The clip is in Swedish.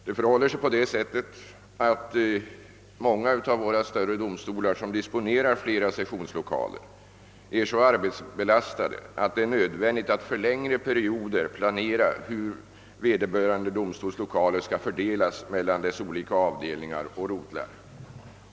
Det förhåller sig på det sättet att många av våra större domstolar, som disponerar flera sessionslokaler, är så arbetsbelastade att det är nödvändigt att för längre perioder planera hur vederbörande domstols lokaler skall fördelas mellan dess olika avdelningar och rotlar.